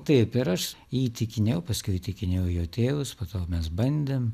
taip ir aš jį įtikinėjau paskui įtikinėjau jo tėvus po to mes bandėm